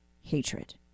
hatred